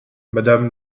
madame